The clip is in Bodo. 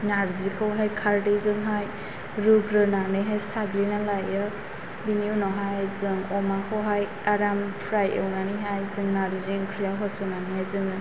नारजिखौहाय खारदैजोंहाय रुग्रोनानैहाय साग्लिनानै लायो बिनि उनावहाय जों अमाखौहाय आराम फ्राय एवनानैहाय जों नारजि ओंख्रियाव होसननानैहाय जोङो